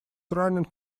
running